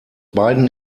beiden